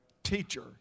teacher